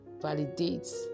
validates